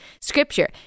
scripture